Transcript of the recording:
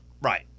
Right